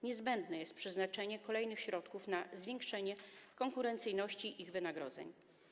Niezbędne jest przeznaczenie kolejnych środków na zwiększenie konkurencyjności ich wynagrodzeń.